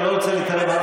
אני לא רוצה להתערב,